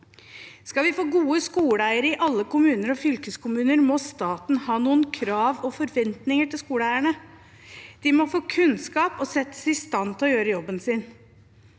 Skal vi få gode skoleeiere i alle kommuner og fylkeskommuner, må staten ha noen krav og forventninger til skoleeierne, og de må få kunnskap og settes i stand til å gjøre jobben sin.